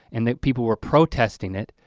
and that people were protesting it.